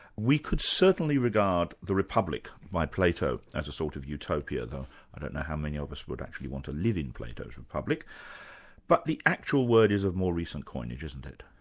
we could certainly regard the republic by plato as a sort of utopia although i don't know how many of us would actually want to live in plato's republic but the actual word is of more recent coinage isn't it?